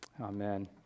Amen